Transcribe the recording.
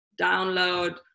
download